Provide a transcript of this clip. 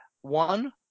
one